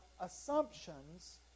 assumptions